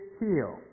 heel